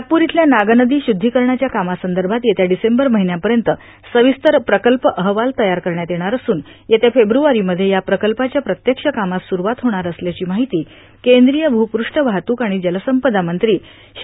नागपूर इथल्या नागनदी श्रध्दीकरणाच्या कामासंदर्भात येत्या डिसेंबर महिन्यापर्यंत सविस्तर प्रकल्प अहवाल तयार करण्यात येणार असून येत्या फेब्रवारी मध्ये या प्रकल्पाच्या प्रत्यक्ष कामास सुठवात होणार असल्याची माहिती केंद्रीय भूपृष्ठ वाहतूक आणि जलसंपदा मंत्री श्री